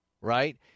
right